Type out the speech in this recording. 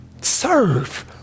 Serve